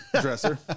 dresser